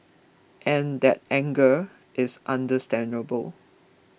and that anger is understandable